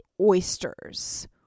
oysters